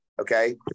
okay